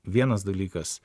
vienas dalykas